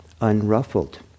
unruffled